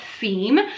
theme